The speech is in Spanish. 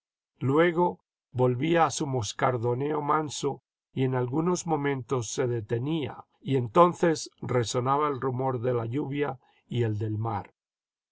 luego volvía a su moscardoneo manso y en algunos momentos se detenía y entonces resonaba el rumor de la lluvia y el del mar